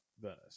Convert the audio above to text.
Venice